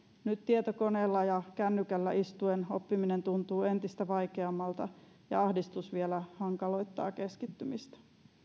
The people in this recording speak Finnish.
nyt tietokoneella ja kännykällä istuen oppiminen tuntuu entistä vaikeammalta ja ahdistus vielä hankaloittaa keskittymistä